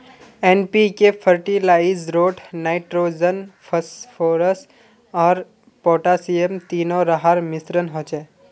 NPK फ़र्टिलाइज़रोत nitrogen, phosphorus आर potassium तीनो रहार मिश्रण होचे